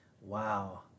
Wow